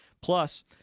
Plus